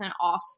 off